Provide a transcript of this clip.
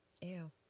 Ew